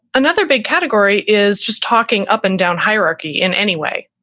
another big category is just talking up and down hierarchy in any way.